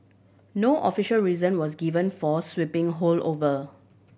no official reason was given for sweeping haul over